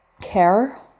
care